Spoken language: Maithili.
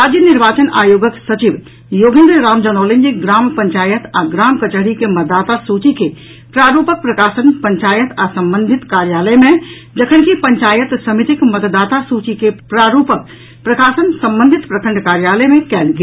राज्य निर्वाचन आयोग के सचिव योगेन्द्र राम जनौलनि जे ग्राम पंचायत आ ग्राम कचहरी के मतदाता सूची के प्रारूपक प्रकाशन पंचायत आ संबंधित कार्यालय मे जखनकि पंचायत समितिक मतदाता सूची के प्रारूपक प्रकाशन संबंधित प्रखंड कार्यालय मे कयल गेल